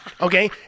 Okay